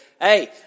hey